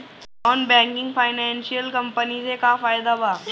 Non banking financial company से का फायदा बा?